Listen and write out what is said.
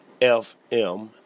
FM